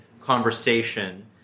conversation